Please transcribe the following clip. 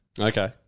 Okay